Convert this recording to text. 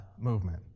movement